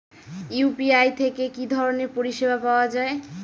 UPI থেকে কি ধরণের পরিষেবা পাওয়া য়ায়?